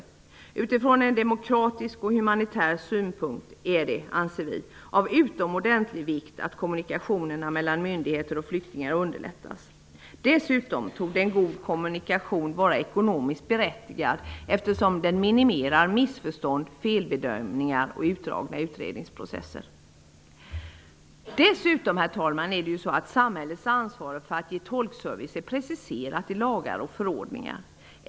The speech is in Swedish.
Vi anser att det utifrån demokratisk och humanitär synpunkt är av utomordentlig vikt att kommunikationerna mellan myndigheterna och flyktingar underlättas. Dessutom torde en god kommunikation vara ekonomiskt berättigad, eftersom den minimerar missförstånd, felbedömningar och utdragna utredningsprocesser. Dessutom är det ju så, herr talman, att samhällets ansvar för att ge tolkservice är preciserat i lagar och förordningar.